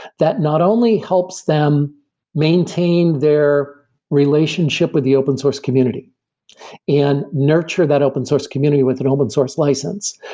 that not only helps them maintain their relationship with the open source community and nurture that open source community with an open source license.